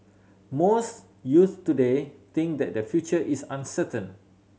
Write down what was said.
most youths today think that their future is uncertain